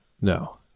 No